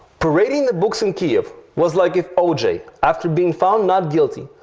parading buks in kiev, was like if oj, after been found not guilty,